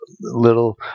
little